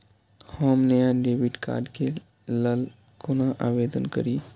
हम नया debit card के लल कौना आवेदन करि?